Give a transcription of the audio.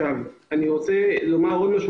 וכרגע אני לא איכנס לפרטים של זה.